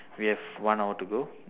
we have one hour to go